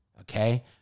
okay